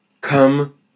come